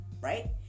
right